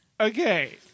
Okay